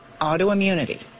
autoimmunity